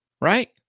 Right